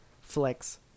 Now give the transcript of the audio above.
flex